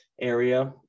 area